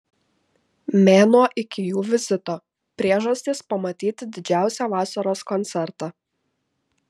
mėnuo iki jų vizito priežastys pamatyti didžiausią vasaros koncertą